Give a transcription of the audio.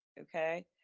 Okay